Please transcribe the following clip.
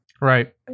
Right